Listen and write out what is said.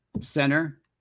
center